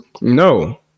no